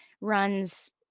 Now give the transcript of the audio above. runs